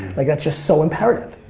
like that's just so imperative.